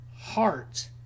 heart